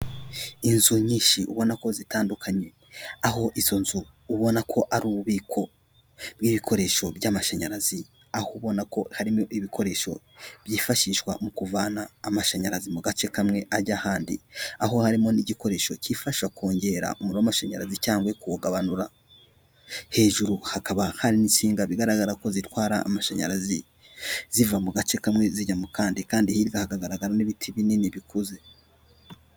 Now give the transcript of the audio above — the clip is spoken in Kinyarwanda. Inzu nyinshi ubona ko zitandukanye aho izo nzu ubona ko ari ububiko bw'ibikoresho by'amashanyarazi, aho ubona ko harimo ibikoresho byifashishwa mu kuvana amashanyarazi mu gace kamwe ajya ahandi, aho harimo n'igikoresho kifasha kongera umuriro w'amashanyarazi cyangwa kuwugabanura, hejuru hakaba hari n'insinga bigaragara ko zitwara amashanyarazi ziva mu gace kamwe zijya mu kandi, kandi hirya hakagaragara n'ibiti binini bikuze.